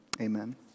Amen